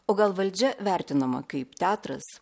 o gal valdžia vertinama kaip teatras